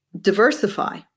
diversify